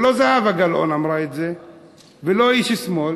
לא זהבה גלאון אמרה את זה ולא איש שמאל